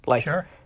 Sure